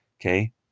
okay